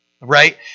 right